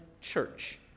Church